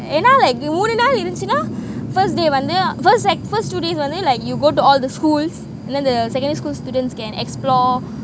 ஏனா:ena like மூணு நாள் இருஞ்சினா:muunu naal irunchina first day வந்து:vanthu first first two days வந்து:vanthu like you go to all the schools then the secondary schools students can explore